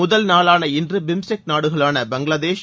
முதல் நாளான இன்று பிம்ஸ்டெக் நாடுகளான பங்களாகதேஷ்